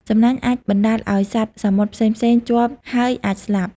សំណាញ់អាចបណ្តាលឲ្យសត្វសមុទ្រផ្សេងៗជាប់ ហើយអាចស្លាប់។